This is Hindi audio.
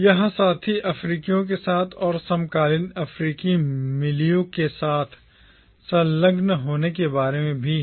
यह साथी अफ्रीकियों के साथ और समकालीन अफ्रीकी मिलियू के साथ संलग्न होने के बारे में भी है